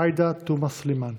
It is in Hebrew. עאידה תומא סלימאן.